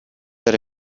era